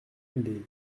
lès